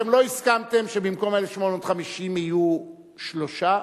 אתם לא הסכמתם שבמקום 1,850 יהיו שלושה,